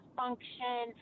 function